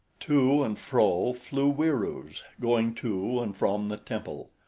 to and fro flew wieroos, going to and from the temple.